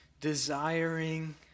desiring